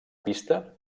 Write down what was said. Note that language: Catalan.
pista